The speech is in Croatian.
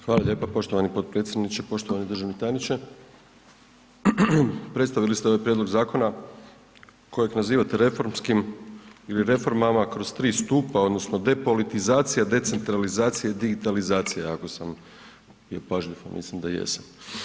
Hvala lijepa poštovani potpredsjedniče, poštovani državni tajniče, predstavili ste ovaj prijedlog zakona kojeg nazivate reformskim ili reformama kroz 3 stupa odnosno depolitizacija, decentralizacija i digitalizacija, ako sam bio pažljiv, ja mislim da jesam.